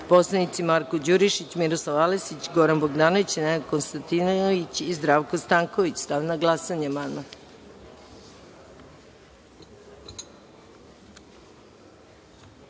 poslanici Marko Đurišić, Miroslav Aleksić, Goran Bogdanović, Nenad Konstantinović i Zdravko Stanković. Stavljam na glasanje ovaj